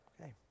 Okay